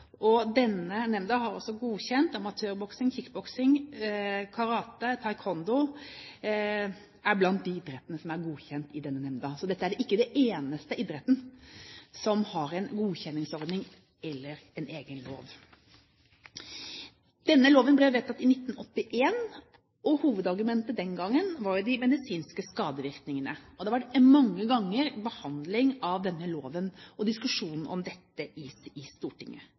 Denne nemnda har også godkjent amatørboksing, kickboksing, karate og taekwondo – dette er blant de idrettene som er godkjent i denne nemnda. Så dette er ikke den eneste idretten som har en godkjenningsordning eller en egen lov. Denne loven ble vedtatt i 1981. Hovedargumentet den gangen var de medisinske skadevirkningene. Da var det mange ganger behandling av denne loven, og diskusjon om dette i